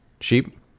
Sheep